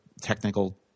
technical